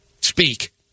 speak